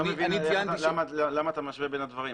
אני לא מבין למה אתה משווה בין הדברים,